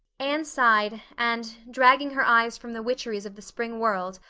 anne sighed and, dragging her eyes from the witcheries of the spring world,